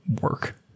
work